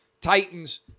Titans